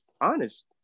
honest